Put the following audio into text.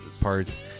parts